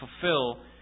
fulfill